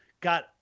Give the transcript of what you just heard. got